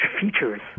features